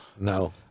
No